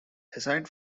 aside